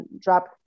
drop